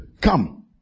Come